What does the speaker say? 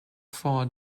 four